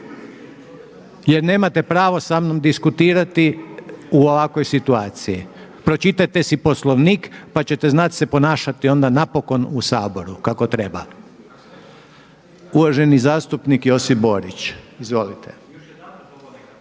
Jer nemate pravo samnom diskutirati u ovakvoj situaciji. Pročitajte si Poslovnik pa ćete znati se ponašati onda napokon u Saboru kako treba. Uvaženi zastupnik Josip Borić. Izvolite.